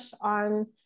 on